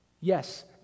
Yes